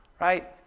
Right